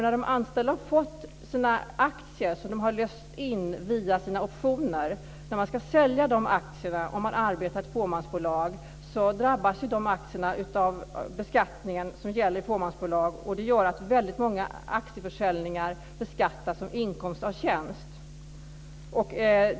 När de anställda i ett fåmansbolag ska sälja de aktier som de har fått genom att ha löst in sina optioner drabbas dessa aktier av den beskattningen som gäller för fåmansbolag. Det gör att väldigt många aktieförsäljningar beskattas som inkomst av tjänst.